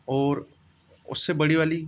और उस से बड़ी वाली